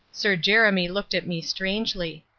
sir jeremy looked at me strangely.